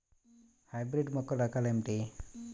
Hybrid మొక్కల రకాలు ఏమిటీ?